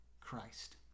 Christ